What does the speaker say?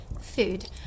food